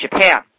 Japan